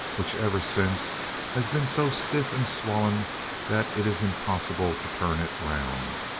which ever since has been so stiff and swollen that it is impossible to turn it round.